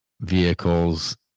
vehicles